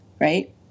right